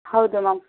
ಹೌದು ಮ್ಯಾಮ್